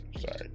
sorry